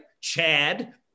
Chad